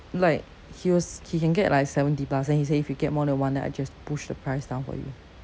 like he will he can get like seventy plus then he say if you get more than one then I just push the price down for you